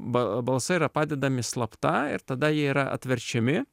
ba balsai yra padedami slapta ir tada jie yra atverčiami